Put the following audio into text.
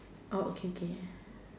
oh okay okay